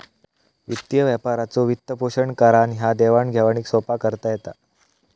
वित्तीय व्यापाराचो वित्तपोषण करान ह्या देवाण घेवाणीक सोप्पा करता येता